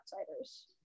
outsiders